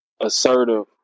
assertive